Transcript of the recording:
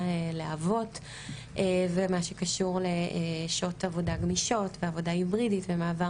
לאבות ומה שקשור לשעות עבודה גמישות ועבודה היברידית ומעבר